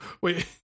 Wait